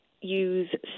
use